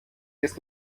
ist